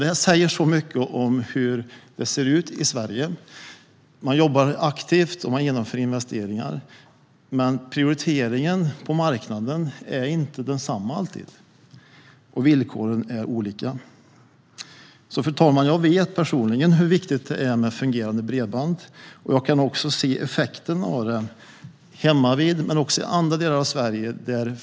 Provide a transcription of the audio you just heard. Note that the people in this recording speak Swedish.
Det säger mycket om hur det ser ut i Sverige. Man jobbar aktivt och genomför investeringar, men prioriteringen på marknaden är inte alltid densamma. Villkoren är olika. Fru talman! Jag vet alltså personligen hur viktigt det är med fungerande bredband. Jag kan också se effekten av det hemmavid men även i andra delar av Sverige.